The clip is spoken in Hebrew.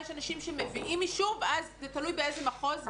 יש אנשים שמביאים אישור ואז זה תלוי באיזה מחוז,